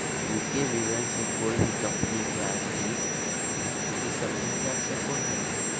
वित्तीय विवरण से कोय भी कम्पनी के आर्थिक स्थिति समझल जा सको हय